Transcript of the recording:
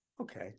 Okay